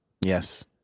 Yes